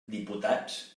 diputats